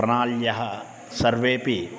प्रणाल्यः सर्वेपि